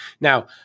Now